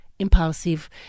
impulsive